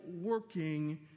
working